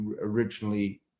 originally